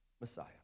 Messiah